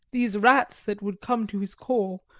these rats that would come to his call,